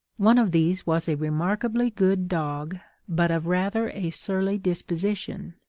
one of these was a remarkably good dog, but of rather a surly disposition,